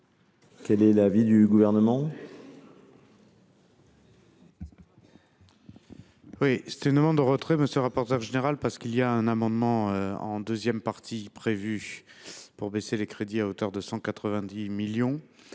Quel est l’avis du Gouvernement ?